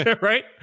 Right